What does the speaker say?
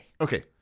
Okay